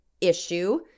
issue